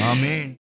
Amen